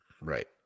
Right